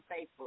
Facebook